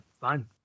fine